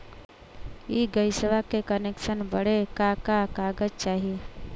इ गइसवा के कनेक्सन बड़े का का कागज चाही?